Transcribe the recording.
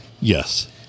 Yes